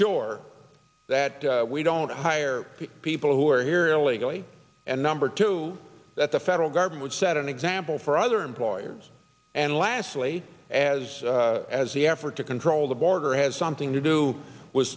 sure that we don't hire people who are here illegally and number two that the federal government would set an example for other employers and lastly as as the effort to control the border has something to do was